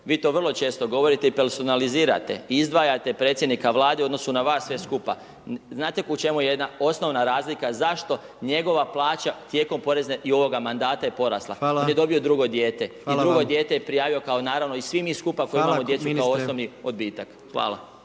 vi to vrlo često govorite i personalizirate i izdvajate predsjednika Vlade u odnosu na vas sve skupa, znate u čemu je jedna osnovna razlika zašto njegova plaća tijekom porezne i ovoga mandata je porasla? Jer je dobio drugo dijete i drugo dijete je prijavio, kao naravno i svi mi skupa koji imamo djecu kao osobni odbitak. Hvala.